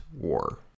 War